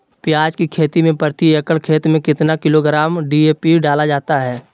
प्याज की खेती में प्रति एकड़ खेत में कितना किलोग्राम डी.ए.पी डाला जाता है?